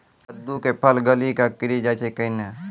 कददु के फल गली कऽ गिरी जाय छै कैने?